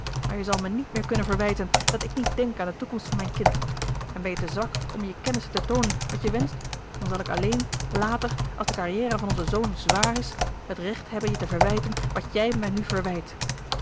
maar je zal mij niet meer kunnen verwijten dat ik niet denk aan de toekomst van mijn kind en ben je te zwak om je kennissen te toonen wat je wenscht dan zal ik alleen later als de carrière van onzen zoon zwaar is het recht hebben je te verwijten wat jij me nu verwijt